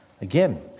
Again